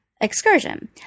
excursion